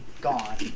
gone